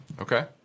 Okay